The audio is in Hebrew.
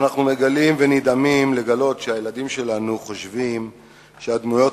אנחנו נדהמים לגלות שהילדים שלנו חושבים שהדמויות